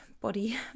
body